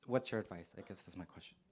what's your advice, i guess, is my question?